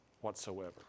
whatsoever